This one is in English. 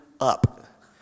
up